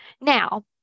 Now